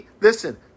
Listen